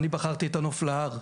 אני בחרתי את הנוף להר,